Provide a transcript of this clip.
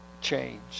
change